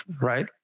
right